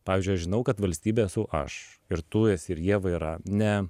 pavyzdžiui aš žinau kad valstybė esu aš ir tu esi ir ieva yra ne